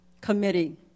committee